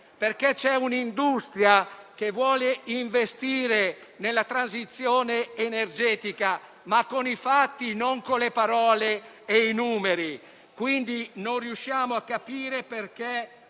perché c'è un'industria che vuole investire nella transizione energetica con i fatti e non con le parole e i numeri. Quindi non riusciamo a capire perché